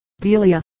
Delia